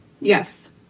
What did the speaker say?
Yes